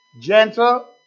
gentle